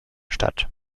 statt